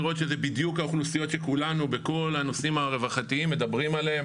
בדיוק האוכלוסיות שכולנו בכל הנושאים הרווחתיים מדברים עליהם.